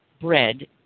bread